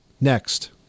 next